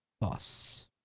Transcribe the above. boss